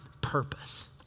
purpose